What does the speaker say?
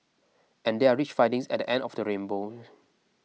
and there are rich findings at the end of the rainbow